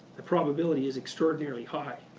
the probability is extraordinarily high.